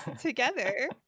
together